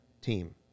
team